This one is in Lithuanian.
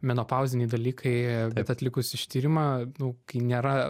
menopauziniai dalykai kad atlikus ištyrimą nu kai nėra